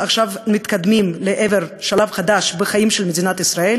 מתקדמים לעבר שלב חדש בחיים של מדינת ישראל,